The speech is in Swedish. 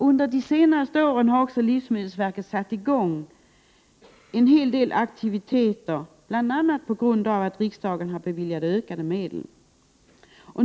Under de senaste åren har livsmedelsverket satt i gång en hel del aktiviteter, bl.a. på grund av att riksdagen beviljat ökade medel.